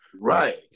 Right